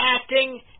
acting